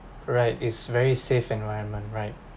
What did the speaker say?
right it's very safe environment right